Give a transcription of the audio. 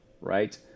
right